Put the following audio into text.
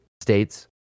states